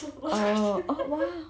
oh oh !wow!